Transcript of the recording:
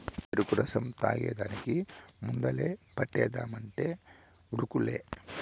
చెరుకు రసం తాగేదానికి ముందలే పంటేద్దామంటే ఉరుకులే